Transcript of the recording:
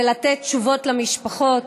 ולתת תשובות למשפחות.